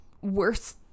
worse